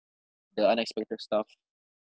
the unexpected stuff